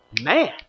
man